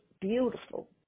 beautiful